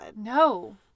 No